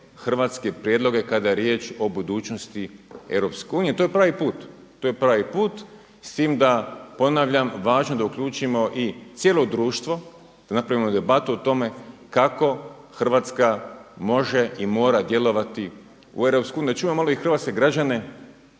hrvatske prijedloge kada je riječ o budućnosti EU i to je pravi put, s tim da ponavljam, važno je da uključimo i cijelo društvo, da napravimo debatu o tome kako Hrvatska može i mora djelovat u EU, da čujemo malo i hrvatske građane